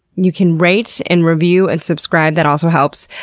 you can rate, and review, and subscribe, that also helps.